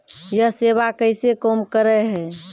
यह सेवा कैसे काम करै है?